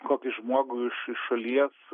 kokį žmogų iš iš šalies